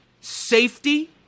Safety